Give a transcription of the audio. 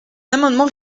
amendement